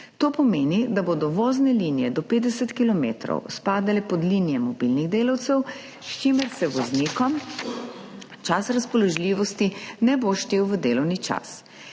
To pomeni, da bodo vozne linije do 50 kilometrov spadale pod linije mobilnih delavcev, s čimer se voznikom čas razpoložljivosti ne bo štel v delovni čas.